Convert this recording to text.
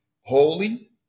holy